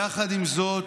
עם זאת,